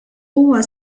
huwa